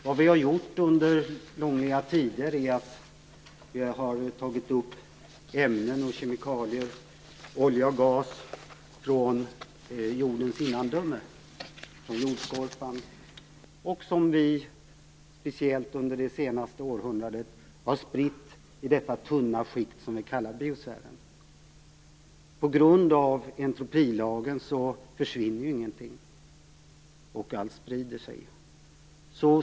Vad vi har gjort under långa tider, är att vi har tagit upp ämnen och kemikalier, olja och gas, från jordens innandömen och jordskorpan som vi sedan, speciellt under det senaste århundradet, har spritt i det tunna skikt som vi kallar biosfären. På grund av entropilagen, försvinner ingenting. Allt sprider sig.